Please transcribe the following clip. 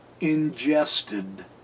ingested